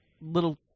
little